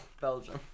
Belgium